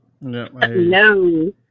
No